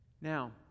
Now